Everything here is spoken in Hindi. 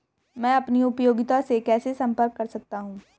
मैं अपनी उपयोगिता से कैसे संपर्क कर सकता हूँ?